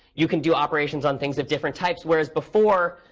you can do operations on things of different types. whereas before,